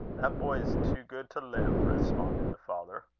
that boy is too good to live, responded the father.